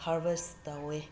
ꯍꯥꯔꯕꯦꯁ ꯇꯧꯋꯦ